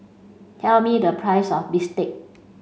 tell me the price of bistake